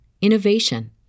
innovation